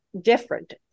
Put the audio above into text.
different